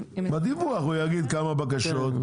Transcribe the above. בדיווח הוא יגיד כמה בקשות,